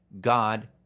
God